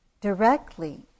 directly